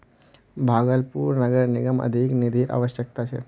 भागलपुर नगर निगमक अधिक निधिर अवश्यकता छ